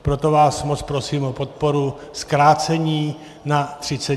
Proto vás moc prosím o podporu zkrácení na 30 dní.